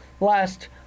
last